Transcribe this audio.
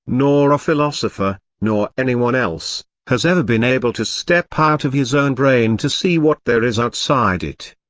nor a philosopher, nor anyone else has ever been able to step out of his own brain to see what there is outside it.